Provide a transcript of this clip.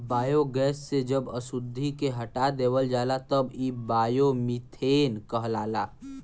biogas से जब अशुद्धि के हटा देवल जाला तब इ बायोमीथेन कहलाला